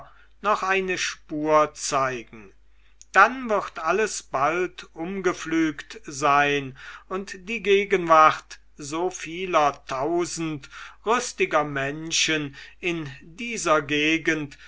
noch eine spur zeigen dann wird alles bald umgepflügt sein und die gegenwart so vieler tausend rüstiger menschen in dieser gegend